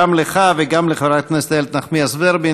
גם לך וגם לחברת הכנסת איילת נחמיאס ורבין.